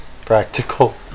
practical